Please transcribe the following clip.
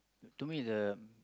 to me the